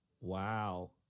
wow